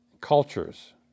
cultures